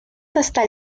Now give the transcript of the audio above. hasta